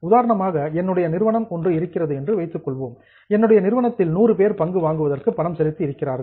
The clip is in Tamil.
உதாரணமாக என்னுடைய நிறுவனம் ஒன்று இருக்கிறது என்று வைத்துக் கொள்வோம் என்னுடைய நிறுவனத்தில் 100 பேர் பங்கு வாங்குவதற்கு பணம் செலுத்தி இருக்கிறார்கள்